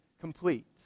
complete